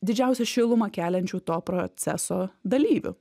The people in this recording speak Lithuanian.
didžiausią šilumą keliančių to proceso dalyvių